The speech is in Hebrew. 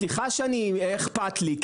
סליחה שאכפת לי,